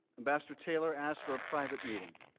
ambassador taylor asked for a private meeting.